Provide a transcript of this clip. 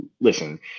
listen